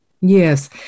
Yes